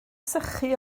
sychu